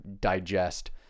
digest